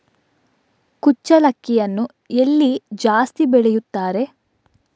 ಕುಚ್ಚಲಕ್ಕಿಯನ್ನು ಎಲ್ಲಿ ಜಾಸ್ತಿ ಬೆಳೆಸುತ್ತಾರೆ?